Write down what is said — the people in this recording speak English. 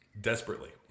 Desperately